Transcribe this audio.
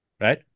right